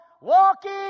walking